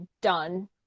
done